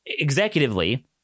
executively